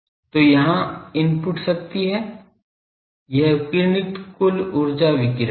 तो यहाँ input शक्ति है यह विकिरणित कुल ऊर्जा विकिरण है